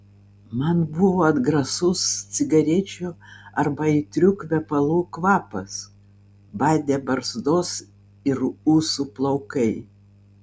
man buvo atgrasus cigarečių arba aitrių kvepalų kvapas badė barzdos ir ūsų plaukai